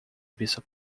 vista